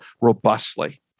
robustly